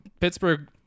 Pittsburgh